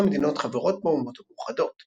שתי המדינות חברות באומות המאוחדות.